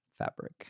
fabric